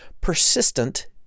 persistent